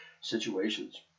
situations